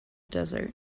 desert